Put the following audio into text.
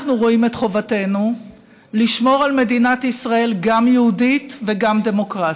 אנחנו רואים את חובתנו לשמור על מדינת ישראל גם יהודית וגם דמוקרטית,